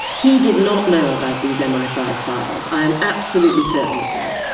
he did not know about these m i five files, i am absolutely certain of that.